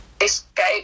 escape